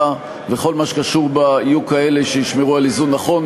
וכל מה שקשור בה יהיו כאלה שישמרו על איזון נכון.